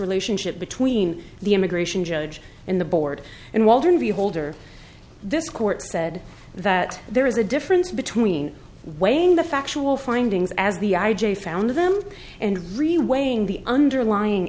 relationship between the immigration judge in the board and walton view holder this court said that there is a difference between weighing the factual findings as the i g found them and really weighing the underlying